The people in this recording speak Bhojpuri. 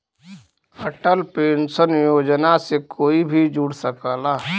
अटल पेंशन योजना से कोई भी जुड़ सकला